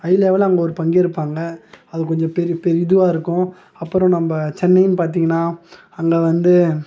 ஹைலெவலில் அவங்க ஒரு பங்கேற்பாங்க அது கொஞ்சம் பெரி பெரிதுவாயிருக்கும் அப்புறம் நம்ம சென்னைனு பார்த்தீங்கன்னா அங்கே வந்து